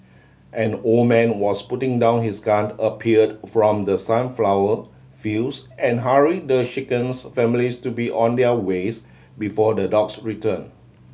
an old man was putting down his gun appeared from the sunflower fields and hurry the shaken families to be on their ways before the dogs return